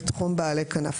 בתחום בעלי כנף.